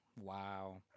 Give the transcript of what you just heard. Wow